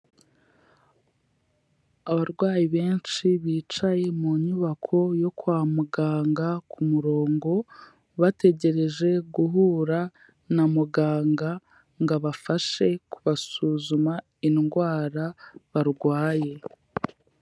Abarwayi benshi bicaye mu nyubako yo kwa muganga ku murongo, bategereje guhura na muganga ngo abafashe kubasuzuma indwara barwaye.